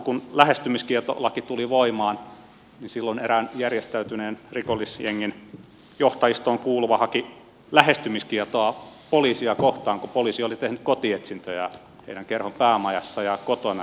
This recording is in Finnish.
kun lähestymiskieltolaki tuli voimaan niin silloin erään järjestäytyneen rikollisjengin johtajistoon kuuluva haki lähestymiskieltoa poliisia kohtaan kun poliisi oli tehnyt kotietsintöjä heidän kerhon päämajassa ja kotona